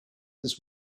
this